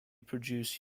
produced